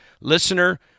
Listener